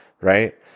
Right